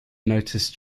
noticed